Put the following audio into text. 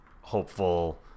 hopeful